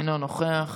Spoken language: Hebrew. אינו נוכח,